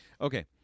Okay